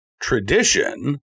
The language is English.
tradition